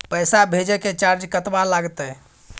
पैसा भेजय के चार्ज कतबा लागते?